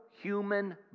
human